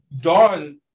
Dawn